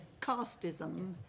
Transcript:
casteism